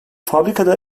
fabrikada